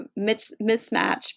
mismatch